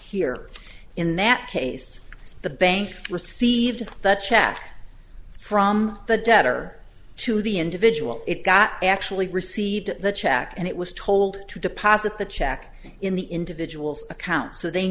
here in that case the bank received the check from the debtor to the individual it got actually received the check and it was told to deposit the check in the individual's account so they